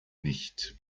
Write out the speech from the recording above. nicht